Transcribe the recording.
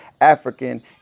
African